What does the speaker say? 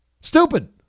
Stupid